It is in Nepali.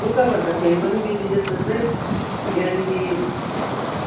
दुःखभन्दा फेरि पनि बेसीजस्तो चाहिँ यहाँनिर